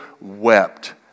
wept